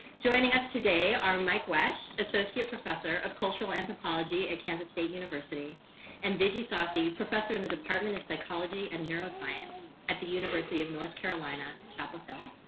joining us today are mike wesch, associate professor of cultural anthropology at kansas state university and viji sathy professor in the department of psychology and neuroscience at the university of north carolina, chapel hill,